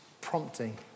prompting